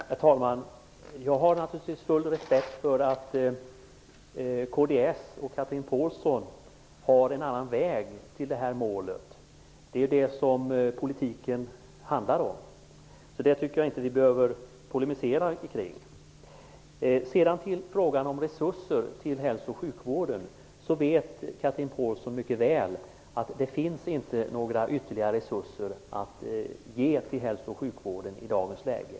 Herr talman! Jag har naturligtvis full respekt för att kds och Chatrine Pålsson har en annan väg till det här målet. Det är det som politiken handlar om. Det tycker jag inte att vi behöver polemisera kring. Till frågan om resurser till hälso och sjukvården. Chatrine Pålsson vet mycket väl att det inte finns några ytterligare resurser att ge till hälso och sjukvården i dagens läge.